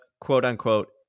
quote-unquote